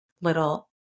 little